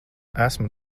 esmu